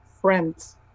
friends